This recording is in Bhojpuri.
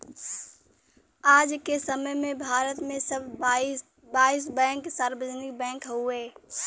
आज के समय में भारत में सब बाईस बैंक सार्वजनिक बैंक हउवे